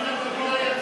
יתקדם אתכם.